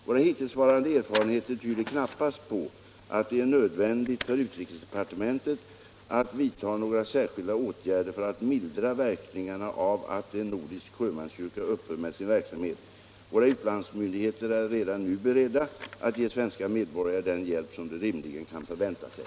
Våra hittillsvarande erfarenheter tyder knappast på att det är nödvändigt för utrikesdepartementet att vidta några särskilda åtgärder för att mildra verkningarna av att en nordisk sjömanskyrka upphör med sin verksamhet. Våra utlandsmyndigheter är redan nu beredda att ge svenska medborgare den hjälp som de rimligen kan förvänta sig.